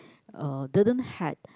uh didn't had